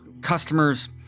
customers